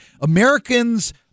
Americans